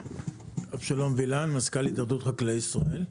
אבשלום וילן מזכ"ל התאחדות חקלאי ישראל.